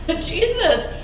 Jesus